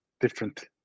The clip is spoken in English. different